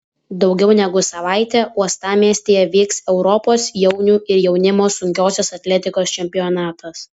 daugiau negu savaitę uostamiestyje vyks europos jaunių ir jaunimo sunkiosios atletikos čempionatas